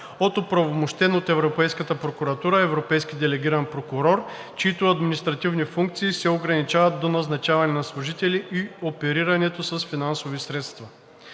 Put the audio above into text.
от оправомощен от Европейската прокуратура европейски делегиран прокурор, чиито административни функции се ограничават до назначаване на служители и оперирането с финансови средства.